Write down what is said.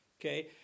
Okay